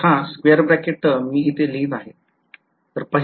तर हा square bracket term मी इथे लिहीत आहे